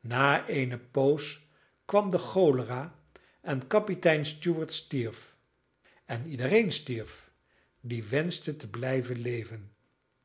na eene poos kwam de cholera en kapitein stuart stierf en iedereen stierf die wenschte te blijven leven